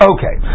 Okay